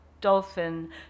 dolphin